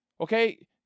Okay